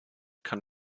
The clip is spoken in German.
kann